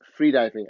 freediving